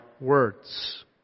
words